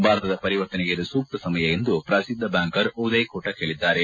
ಭಾರತದ ಪರಿವರ್ತನೆಗೆ ಇದು ಸೂಕ್ತ ಸಮಯ ಎಂದು ಪ್ರಸಿದ್ಧ ಬ್ಯಾಂಕರ್ ಉದಯ್ ಕೋಟಕ್ ಹೇಳಿದ್ದಾರೆ